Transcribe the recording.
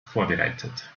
vorbereitet